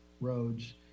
roads